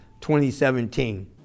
2017